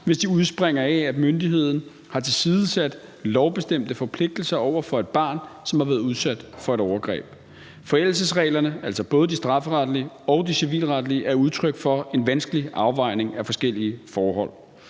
hvis de udspringer af, at myndigheden har tilsidesat lovbestemte forpligtelser over for et barn, som har været udsat for et overgreb. Forældelsesreglerne, altså både de strafferetlige og de civilretlige, er udtryk for en vanskelig afvejning af forskellige forhold.